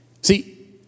See